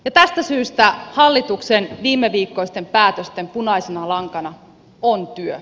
tästä syystä hallituksen viimeviikkoisten päätösten punaisena lankana on työ